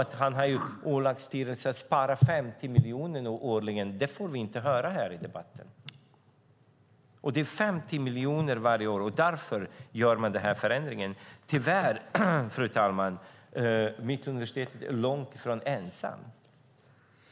Att han har ålagt styrelsen att spara 50 miljoner kronor årligen får vi inte höra i debatten. Det är 50 miljoner kronor varje år. Därför gör man den här förändringen. Tyvärr, fru talman, är Mittuniversitetet långt ifrån ensamt.